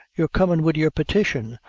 you're comin' wid your petition,